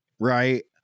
Right